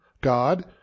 God